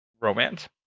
romance